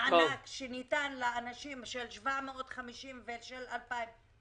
המענק שניתן לאנשים 750 שקל לכל אדם,